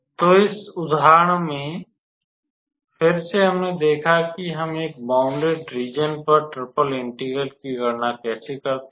तो इस उदाहरण में फिर से हमने देखा कि हम एक बौंडेड रीज़न पर ट्रिपल इंटेग्रल की गणना कैसे करते हैं